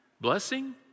blessing